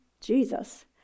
Jesus